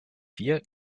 vier